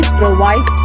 provide